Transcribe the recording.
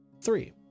three